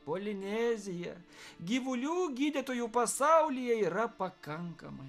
polinezija gyvulių gydytojų pasaulyje yra pakankamai